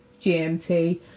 GMT